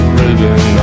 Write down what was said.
ribbon